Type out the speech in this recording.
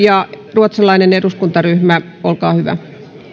ruotsalainen eduskuntaryhmä olkaa hyvä